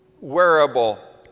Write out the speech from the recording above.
wearable